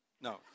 No